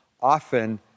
often